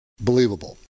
believable